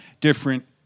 different